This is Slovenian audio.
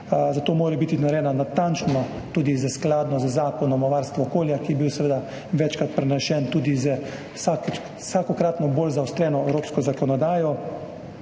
Zato mora biti narejena natančno, tudi skladno z Zakonom o varstvu okolja, ki je bil seveda večkrat prenesen, tudi z vsakokratno bolj zaostreno evropsko zakonodajo,